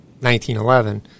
1911